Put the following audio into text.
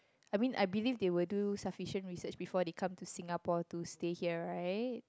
I mean I believe they will do sufficient research before they come to Singapore to stay here right